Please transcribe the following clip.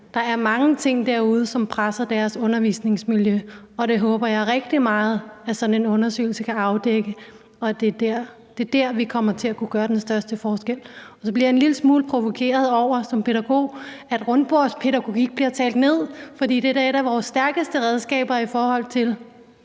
der er mange ting derude, som presser deres undervisningsmiljø, og det håber jeg rigtig meget at sådan en undersøgelse kan afdække, og at det er der, vi kommer til at kunne gøre den største forskel. Så bliver jeg som pædagog en lille smule provokeret over, at rundbordspædagogik bliver talt ned, for det er da et af vores stærkeste redskaber i forhold til